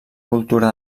cultura